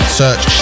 search